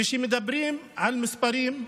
כשמדברים על מספרים,